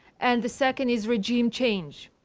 and the second is regime change.